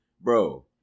bro